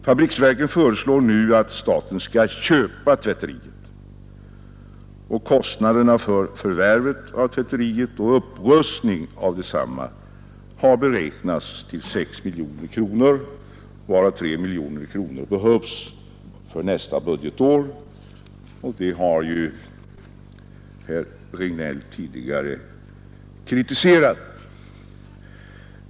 Fabriksverken föreslår nu att staten skall köpa tvätteriet, och kostnaden för förvärvet av tvätteriet och upprustning av detsamma har beräknats till 6 miljoner kronor, varav 3 miljoner kronor behövs för nästa budgetår. Detta har ju herr Regnéll här kritiserat.